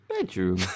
Bedroom